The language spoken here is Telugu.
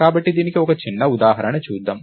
కాబట్టి దీనికి ఒక చిన్న ఉదాహరణ చూద్దాం